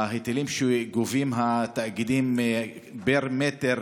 ההיטלים שגובים התאגידים פר מטר